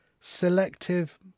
selective